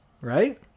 right